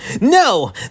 no